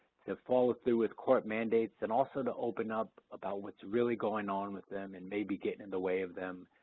to follow through with court mandates and also to open up about what's really going on with them and maybe getting in the way of them